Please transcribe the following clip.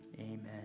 Amen